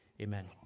amen